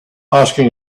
asking